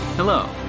Hello